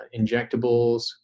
injectables